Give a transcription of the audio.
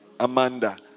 amanda